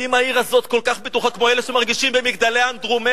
האם העיר הזאת כל כך בטוחה כמו אלה שמרגישים ב"מגדלי אנדרומדה"?